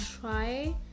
try